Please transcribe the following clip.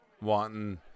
wanting